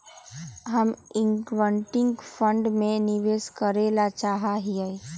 हम equity fund में निवेश करे ला चाहा हीयी